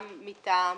גם מטעם